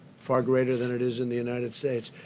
far greater than it is in the united states.